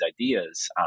ideas